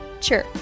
Sure